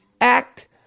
Act